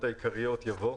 יש בעייתיות משפטית,